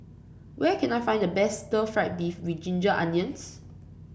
where can I find the best stir fry beef with Ginger Onions